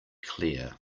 clear